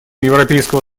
европейского